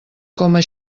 coma